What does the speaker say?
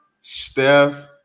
Steph